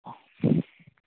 অঁ